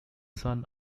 son